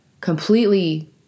Completely